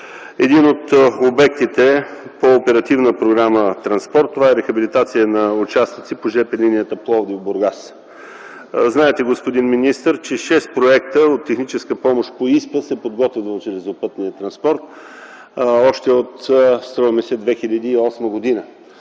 един от обектите по Оперативна програма „Транспорт” – това е рехабилитация на участъци по жп линията Пловдив–Бургас. Знаете, господин министър, че шест проекта от техническа помощ по ИСПА се подготвят в железопътния транспорт още от 2008 г.